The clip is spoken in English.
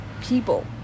people